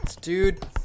Dude